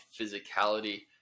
physicality